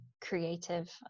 creative